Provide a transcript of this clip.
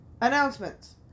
announcements